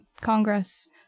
Congress